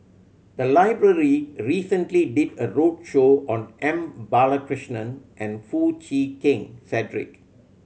the library recently did a roadshow on M Balakrishnan and Foo Chee Keng Cedric